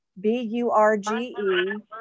B-U-R-G-E